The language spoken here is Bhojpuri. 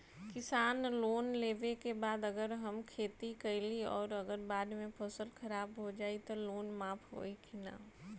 किसान लोन लेबे के बाद अगर हम खेती कैलि अउर अगर बाढ़ मे फसल खराब हो जाई त लोन माफ होई कि न?